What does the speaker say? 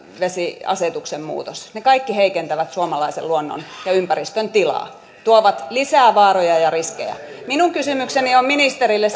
vesiasetuksen muutos ne kaikki heikentävät suomalaisen luonnon ja ympäristön tilaa tuovat lisää vaaroja ja riskejä minun kysymykseni ministerille